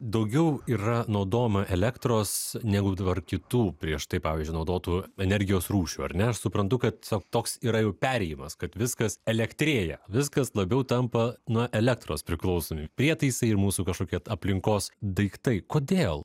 daugiau yra naudojama elektros negu dabar kitų prieš tai pavyzdžiui naudotų energijos rūšių ar ne aš suprantu kad tiesiog toks yra jau perėjimas kad viskas elektrėja viskas labiau tampa nuo elektros priklausomi prietaisai ir mūsų kažkokie aplinkos daiktai kodėl